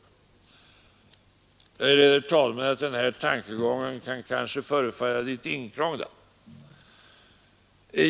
Herr talman! Denna tankegång kan kanske förefalla litet inkrånglad.